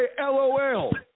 LOL